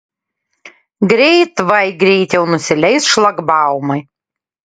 greit vai greit jau nusileis šlagbaumai